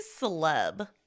celeb